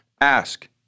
ask